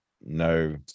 no